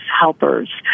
helpers